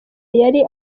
yari